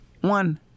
one